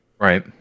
Right